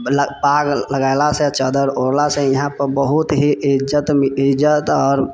पाग लागैलासँ चदर ओढ़लासँ इहाँपर बहुत ही इज्जत आओर